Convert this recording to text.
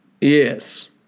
Yes